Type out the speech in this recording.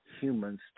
humans